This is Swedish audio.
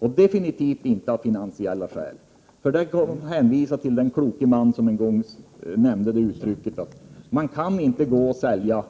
Det går avgjort inte att anföra finansiella skäl. Man kan hänvisa till den kloke man som sade att man inte kan gå och sälja